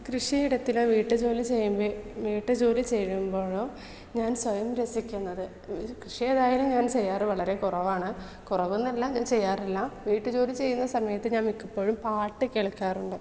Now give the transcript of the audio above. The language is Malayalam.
കൃഷിയിടത്തിലോ വീട്ടുജോലി ചെയ്യുമ്പോൾ വീട്ടുജോലി ചെയ്യുമ്പോഴോ ഞാൻ ഞാൻ സ്വയം രസിക്കുന്നത് കൃഷി ഏതായാലും ഞാൻ ചെയ്യാറ് വളരെ കുറവാണ് കുറവെന്നല്ല ഞാൻ ചെയ്യാറില്ല വീട്ടുജോലി ചെയ്യുന്ന സമയത്ത് ഞാൻ മിക്കപ്പോഴും പാട്ട് കേൾക്കാറുണ്ട്